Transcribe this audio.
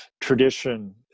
tradition